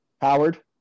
Howard